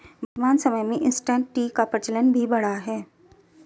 वर्तमान समय में इंसटैंट टी का प्रचलन भी बढ़ा है